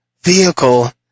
vehicle